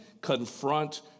confront